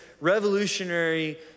revolutionary